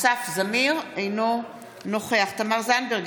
אינו נוכח תמר זנדברג,